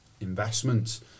investments